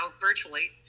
virtually